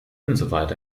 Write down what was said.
insoweit